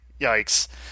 Yikes